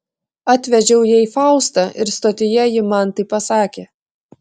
atvežiau jai faustą ir stotyje ji man tai pasakė